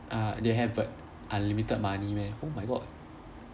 uh they have but unlimited money meh oh my god